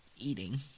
eating